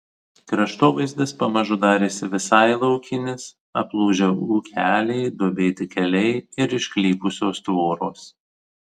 kraštovaizdis pamažu darėsi visai laukinis aplūžę ūkeliai duobėti keliai ir išklypusios tvoros